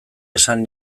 esan